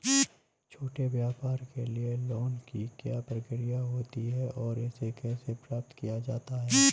छोटे व्यापार के लिए लोंन की क्या प्रक्रिया होती है और इसे कैसे प्राप्त किया जाता है?